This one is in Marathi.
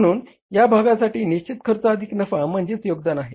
म्हणून या भागासाठी निश्चित खर्च अधिक नफा म्हणजे योगदान आहे